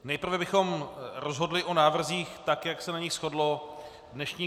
Nejprve bychom rozhodli o návrzích, tak jak se na nich shodlo dnešní grémium.